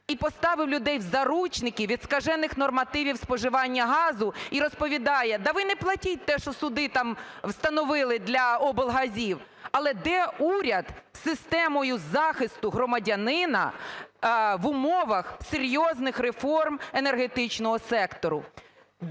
і поставив людей в заручники від скажених нормативів споживання газу, і розповідає: та ви не платіть те, що суди там встановили для облгазів? Але де уряд з системою захисту громадянина в умовах серйозних реформ енергетичного сектору?